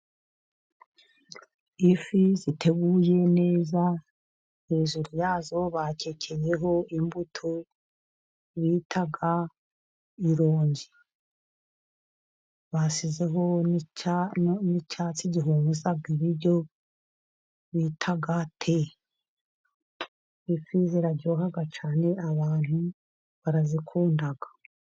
Ifi ziteguye neza, hejuru yazo bakekeyeho imbuto, bita ironji, bashyizeho n'icyatsi gihumuza ibiryo bita Te, ifi ziraryoha cyane abantu barazikunda.